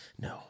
No